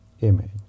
image